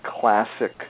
classic